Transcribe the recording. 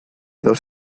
dos